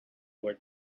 were